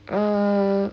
uh